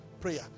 prayer